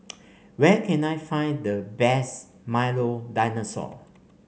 where can I find the best Milo Dinosaur